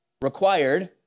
required